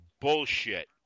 Bullshit